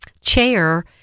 chair